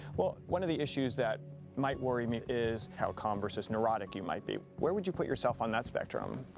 well, one of the issues that might worry me is how calm versus neurotic you might be. where would you put yourself on that spectrum?